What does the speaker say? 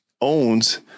owns